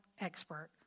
expert